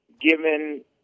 given